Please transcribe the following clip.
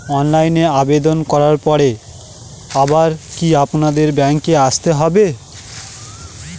অনলাইনে আবেদন করার পরে আবার কি আপনাদের ব্যাঙ্কে আসতে হবে?